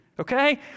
okay